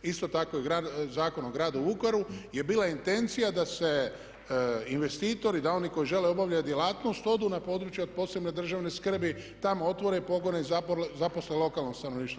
Isto tako i Zakon o gradu Vukovaru, je bila intencija da se investitori i da oni koji žele obavljati djelatnost odu na područja od posebne državne skrbi, tamo otvore pogone i zaposle lokalno stanovništvo.